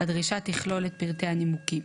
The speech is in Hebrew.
הדרישה תכלול את פרטי הנימוקים: